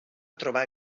trobar